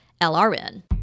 LRN